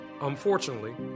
Unfortunately